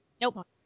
Nope